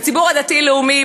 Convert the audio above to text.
בציבור הדתי-לאומי,